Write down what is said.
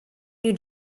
new